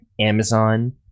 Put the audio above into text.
Amazon